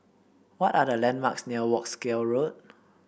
what are the landmarks near Wolskel Road